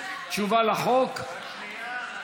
תשובה על הצעת